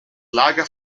lager